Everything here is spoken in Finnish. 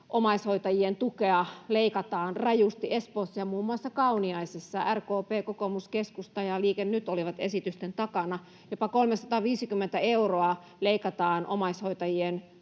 Omaishoitajien tukea leikataan rajusti Espoossa ja muun muassa Kauniaisissa. RKP, kokoomus, keskusta ja Liike Nyt olivat esitysten takana. Jopa 350 euroa leikataan omaishoitajien